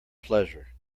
pleasure